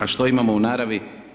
A što imamo u naravi?